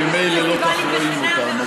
הם ממילא לא כל כך רואים אותם.